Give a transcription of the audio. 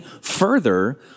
further